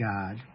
God